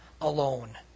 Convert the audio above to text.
alone